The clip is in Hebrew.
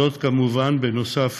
זאת כמובן בנוסף